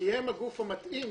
כי הם הגוף המתאים,